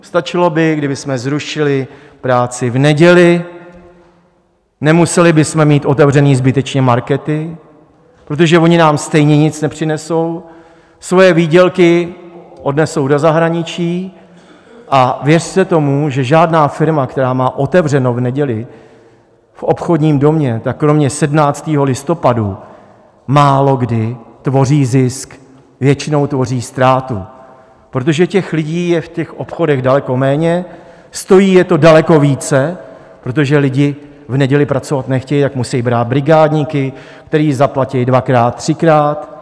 Stačilo by, kdybychom zrušili práci v neděli, nemuseli bychom mít zbytečně otevřené markety, protože ony nám stejně nic nepřinesou, své výdělky odnesou do zahraničí, a věřte tomu, že žádná firma, která má otevřeno v neděli v obchodním domě, tak kromě 17. listopadu málokdy tvoří zisk, většinou tvoří ztrátu, protože těch lidí je v těch obchodech daleko méně, stojí je to daleko více, protože lidi v neděli pracovat nechtějí, tak musejí brát brigádníky, které zaplatí dvakrát, třikrát.